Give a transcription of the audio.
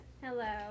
Hello